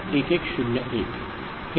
हे ठीक आहे का